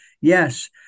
yes